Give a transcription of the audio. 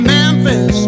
Memphis